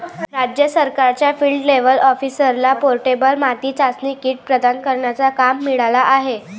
राज्य सरकारच्या field level ऑफिसरला पोर्टेबल माती चाचणी किट प्रदान करण्याचा काम मिळाला आहे